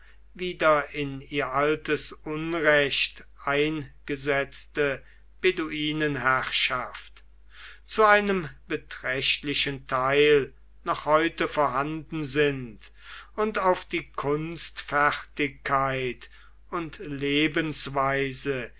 wieder in ihr altes unrecht eingesetzte beduinenherrschaft zu einem beträchtlichen teil noch heute vorhanden sind und auf die kunstfertigkeit und lebensweise